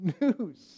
news